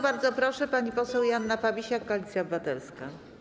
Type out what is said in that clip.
Bardzo proszę, pani poseł Joanna Fabisiak, Koalicja Obywatelska.